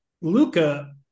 Luca